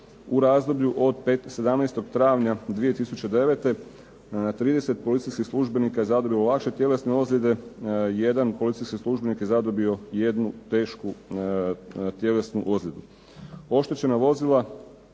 U razdoblju od 17. travnja 2009. 30 policijskih službenika je zadobilo lakše tjelesne ozljede, jedan policijskih službenik je zadobio jednu tešku tjelesnu ozljedu.